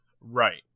right